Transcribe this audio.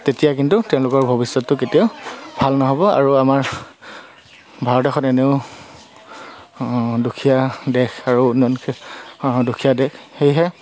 তেতিয়া কিন্তু তেওঁলোকৰ ভৱিষ্যতটো কেতিয়াও ভাল নহ'ব আৰু আমাৰ ভাৰত এখন এনেও দুখীয়া দেশ আৰু উন্নয়ন দুখীয়া দেশ সেয়েহে